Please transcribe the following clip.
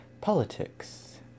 politics